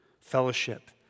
fellowship